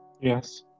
Yes